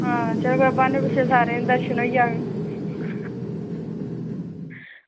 तलो ब्हानें पिच्छें सारें दे दर्शन होई जाने